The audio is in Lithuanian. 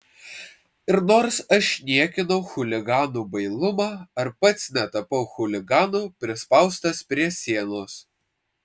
ir nors aš niekinau chuliganų bailumą ar pats netapau chuliganu prispaustas prie sienos